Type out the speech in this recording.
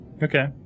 Okay